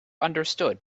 understood